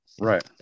right